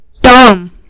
dumb